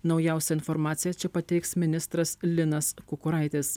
naujausią informaciją čia pateiks ministras linas kukuraitis